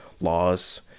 laws